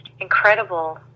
incredible